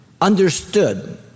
understood